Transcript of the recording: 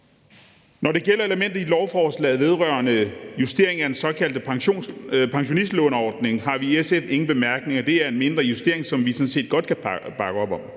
Når det gælder elementet i lovforslaget vedrørende en justering af den såkaldte pensionistlåneordning, har vi i SF ingen bemærkninger. Det er en mindre justering, som vi sådan set godt kan bakke op om.